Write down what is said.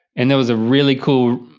and there was a really cool,